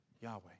Yahweh